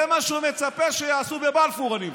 זה מה שהוא מצפה שיעשו בבלפור, אני מבין.